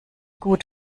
gut